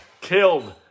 killed